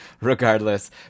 regardless